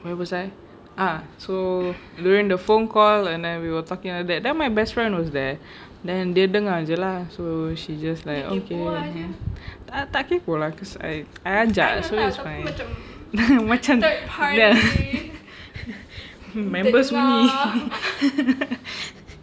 where was I ah so during the phone call and then we were talking like that and then my best friend was there then dia dengar jer lah so she just like okay tak tak kepoh lah because I ajak so it's fine macam member sunyi